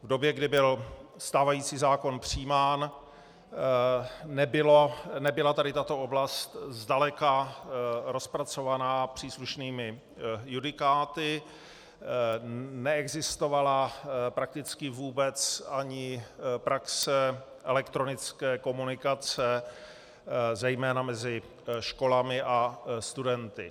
V době, kdy byl stávající zákon přijímán, nebyla tato oblast zdaleka rozpracovaná příslušnými judikáty, neexistovala prakticky vůbec ani praxe elektronické komunikace zejména mezi školami a studenty.